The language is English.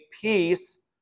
peace